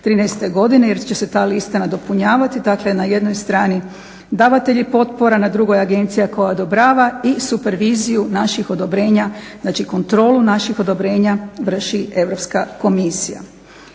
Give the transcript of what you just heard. godine jer će se ta lista nadopunjavati, dakle na jednoj strani davatelji potpora, na drugoj agencija koja odobrava i superviziju naših odobrenja, znači kontrolu naših odobrenja vrši Europska komisija.